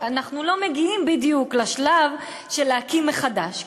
אלא שאנחנו לא מגיעים בדיוק לשלב של ההקמה מחדש.